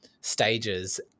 stages